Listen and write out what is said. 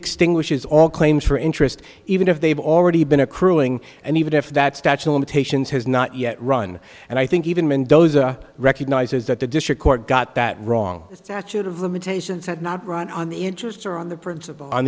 extinguishes all claims for interest even if they've already been accruing and even if that statue of limitations has not yet run and i think even mendoza recognizes that the district court got that wrong it's actually of limitations had not run on the interest or on the princ